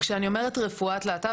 כשאני אומרת רפואת להט״ב,